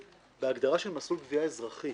בהגדרה של מסלול גבייה אזרחי